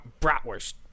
bratwurst